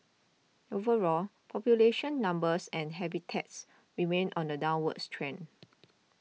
overall population numbers and habitats remain on a downwards trend